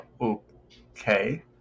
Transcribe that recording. Okay